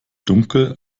dunkel